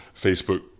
Facebook